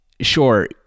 sure